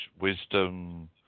wisdom